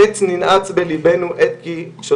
חץ ננעץ בליבנו נוגח עת כי שוטר,